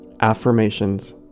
Affirmations